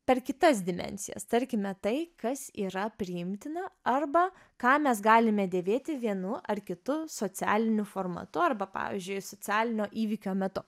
per kitas dimensijas tarkime tai kas yra priimtina arba ką mes galime dėvėti vienu ar kitu socialiniu formatu arba pavyzdžiui socialinio įvykio metu